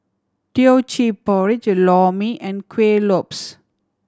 Teochew Porridge Lor Mee and Kueh Lopes